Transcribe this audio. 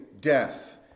death